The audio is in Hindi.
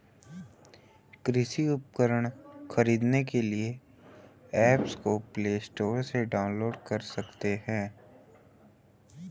कृषि उपकरण खरीदने के लिए एप्स को प्ले स्टोर से डाउनलोड कर सकते हैं